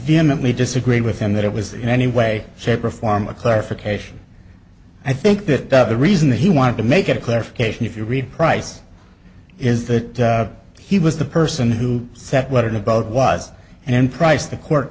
vehemently disagree with him that it was in any way shape or form a clarification i think that the reason that he wanted to make a clarification if you read price is that he was the person who set what in the vote was and in price the court